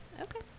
Okay